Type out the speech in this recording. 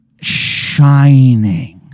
shining